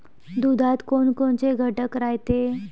दुधात कोनकोनचे घटक रायते?